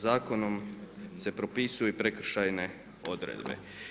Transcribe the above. Zakonom se propisuju i prekršajne odredbe.